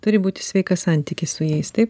turi būti sveikas santykis su jais taip